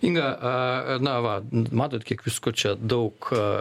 inga na va matot kiek visko čia daug